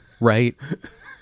right